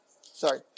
sorry